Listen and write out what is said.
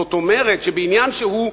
זאת אומרת, שבעניין שהוא,